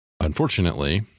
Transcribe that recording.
unfortunately